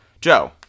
Joe